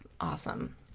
awesome